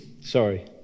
sorry